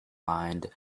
mind